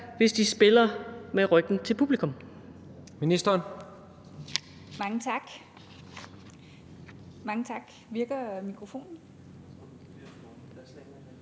hvis de spiller med ryggen til publikum?